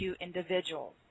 individuals